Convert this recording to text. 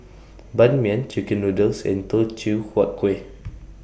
Ban Mian Chicken Noodles and Teochew Huat Kueh